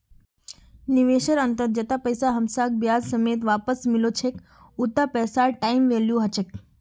निवेशेर अंतत जैता पैसा हमसाक ब्याज समेत वापस मिलो छेक उता पैसार टाइम वैल्यू ह छेक